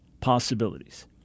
possibilities